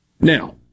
Now